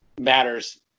matters